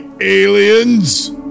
aliens